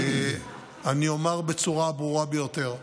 אני אומר בצורה הברורה ביותר: